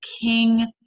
king